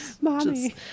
mommy